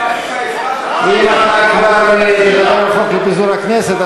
אם אתה כבר מדבר על חוק לפיזור הכנסת,